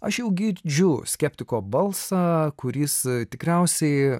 aš jau girdžiu skeptiko balsą kuris tikriausiai